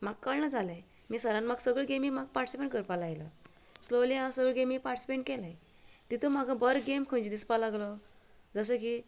म्हाक कळनी जालें मागीर सरान म्हाक सगल्यो गॅमी म्हाक पार्टिसीपेट करपाक लायली स्लोली हांव सगल्यो गॅमी पार्टिसीपेट केलें तितूंत म्हाका बरो गॅम खंयची दिसपाक लागलो जसो की